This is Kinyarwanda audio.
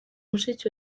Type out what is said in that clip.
mushiki